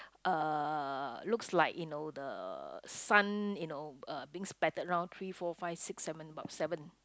uh looks like you know the sun you know uh being spattered round three four five six seven about seven